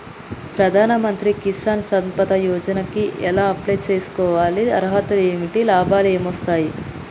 ప్రధాన మంత్రి కిసాన్ సంపద యోజన కి ఎలా అప్లయ్ చేసుకోవాలి? అర్హతలు ఏంటివి? లాభాలు ఏమొస్తాయి?